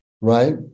right